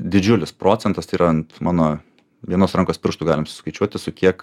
didžiulis procentas tai yra ant mano vienos rankos pirštų galim skaičiuoti su kiek